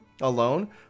alone